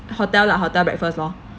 hotel lah hotel breakfast lor